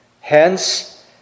Hence